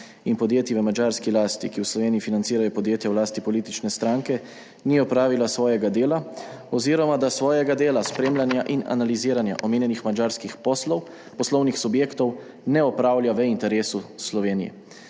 in podjetji v madžarski lasti, ki v Sloveniji financirajo podjetja v lasti politične stranke, ni opravila svojega dela oziroma da svojega dela spremljanja in analiziranja omenjenih madžarskih poslov poslovnih subjektov ne opravlja v interesu Slovenije.